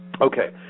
Okay